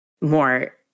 more